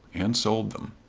and sold them.